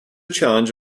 challenge